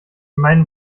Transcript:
meinen